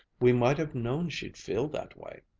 we might have known she'd feel that way.